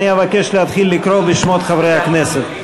אני אבקש להתחיל לקרוא בשמות חברי הכנסת.